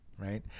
Right